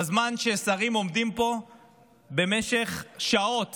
בזמן ששרים עומדים פה במשך שעות